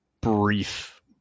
brief